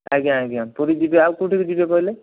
ଆଜ୍ଞା ଆଜ୍ଞା ପୁରୀ ଯିବେ ଆଉ କେଉଁଠିକି ଯିବେ କହିଲେ